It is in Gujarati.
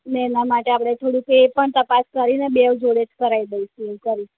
ને એના માટે આપડે થોડુંક એ પણ તપાસ કરીને બેઉ જોડે જ કરાઈ દઈસુ એવું કરીશ